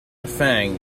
fang